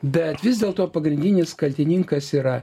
bet vis dėlto pagrindinis kaltininkas yra